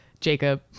Jacob